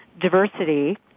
diversity